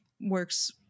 works